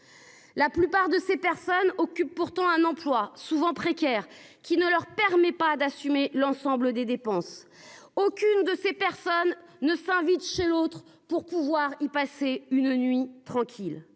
La plupart de ces personnes occupent pourtant un emploi souvent précaires qui ne leur permet pas d'assumer l'ensemble des dépenses. Aucune de ces personnes ne s'invite chez l'autre pour pouvoir y passer une nuit tranquille.